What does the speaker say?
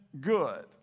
good